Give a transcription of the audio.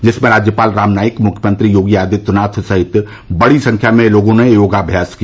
जिसमें राज्यपाल राम नाईक मुख्यमंत्री योगी आदित्यनाथ सहित बड़ी संख्या में लोगों ने योगाभ्यास किया